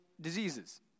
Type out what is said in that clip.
diseases